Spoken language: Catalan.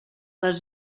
les